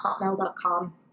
hotmail.com